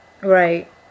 Right